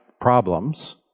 problems